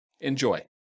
Enjoy